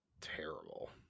terrible